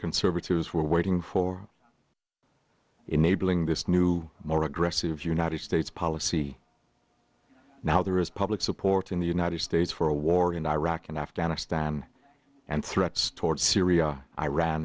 conservatives were waiting for enabling this new more aggressive united states policy now there is public support in the united states for a war in iraq and afghanistan and threats toward syria iran